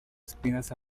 espinas